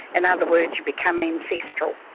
and and words you become ancestral.